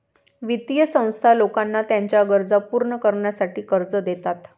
वित्तीय संस्था लोकांना त्यांच्या गरजा पूर्ण करण्यासाठी कर्ज देतात